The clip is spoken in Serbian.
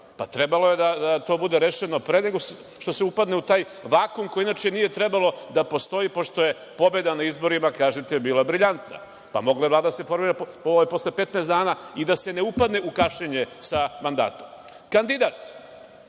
Trebalo je da to bude rešeno pre nego što se upadne u taj vakum koji inače nije trebalo da postoji pošto je pobeda na izborima, kažete, bila briljantna. Mogla je da se formira posle 15 dana i da se ne upadne u kašnjenje sa mandatom. Kandidat.